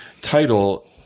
title